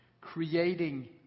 creating